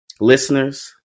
Listeners